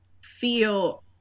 feel